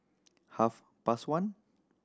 half past one